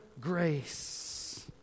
grace